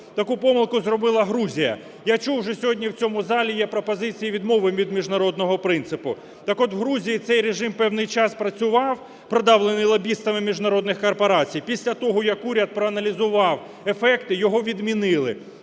таку помилку зробила Грузія. Я чув вже сьогодні в цьому залі, є пропозиція відмови від міжнародного принципу, так от у Грузії цей режим певний час працював, продавлений лобістами міжнародних корпорацій. Після того, як уряд проаналізував ефекти, його відмінили.